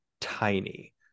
tiny